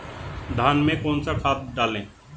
धान में कौन सा खाद डालें?